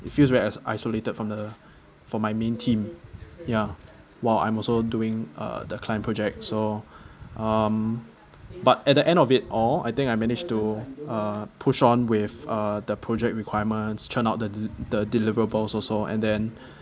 it feels very iso~ isolated from the from my main team ya while I'm also doing uh the client project so um but at the end of it all I think I managed to uh push on with uh the project requirements churn out the the deliverables also and then